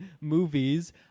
movies